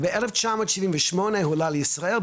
ב-1978 הוא עלה לישראל,